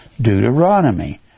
Deuteronomy